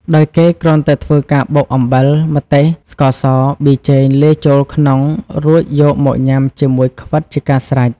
ដោយគេគ្រាន់តែធ្វើការបុកអំបិល ម្ទេស ស្ករស ប៊ីចេងលាយចូលក្នុង រួចយកមកញ៉ាំជាមួយខ្វិតជាការស្រេច។